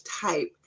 type